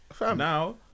Now